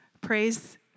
Praise